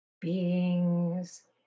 beings